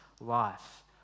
life